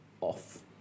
off